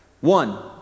One